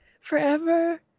forever